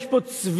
יש פה צביעות,